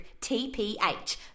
TPH